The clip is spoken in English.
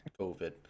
COVID